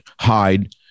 hide